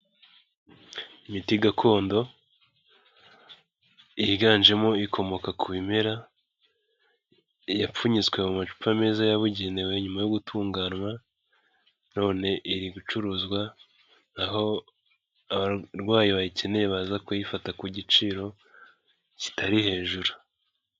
Imiti gakondo yiganjemo ikomoka ku bimera yapfunyitswe mu macupa meza yabugenewe nyuma yo gutunganwa. None irigucuruzwa aho abarwayi bayikeneye baza kuyifata ku giciro kitari hejuru.